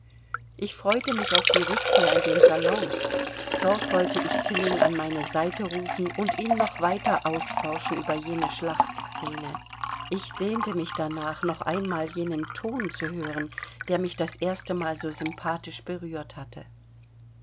ich freute mich auf die rückkehr in den salon dort wollte ich tilling an meine seite rufen und ihn noch weiter ausforschen über jene schlachtzene ich sehnte mich darnach noch einmal jenen ton zu hören der mich das erste mal so sympathisch berührt hatte